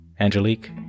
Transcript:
Angelique